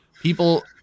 people